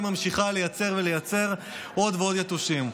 והיא ממשיכה לייצר ולייצר עוד ועוד יתושים.